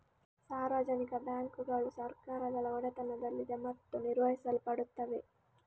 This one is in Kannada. ಸಾರ್ವಜನಿಕ ಬ್ಯಾಂಕುಗಳು ಸರ್ಕಾರಗಳ ಒಡೆತನದಲ್ಲಿದೆ ಮತ್ತು ನಿರ್ವಹಿಸಲ್ಪಡುತ್ತವೆ